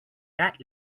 that